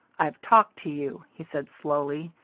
i've talked to you, he said slowly,